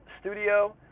studio